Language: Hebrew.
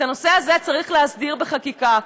את הנושא הזה צריך להסדיר בחקיקה.